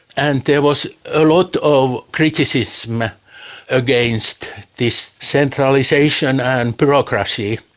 and there was a lot of criticism ah against this centralisation and bureaucracy.